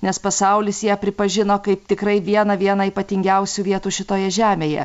nes pasaulis ją pripažino kaip tikrai vieną vieną ypatingiausių vietų šitoje žemėje